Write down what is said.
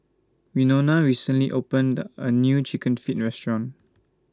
Winona recently opened A New Chicken Feet Restaurant